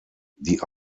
die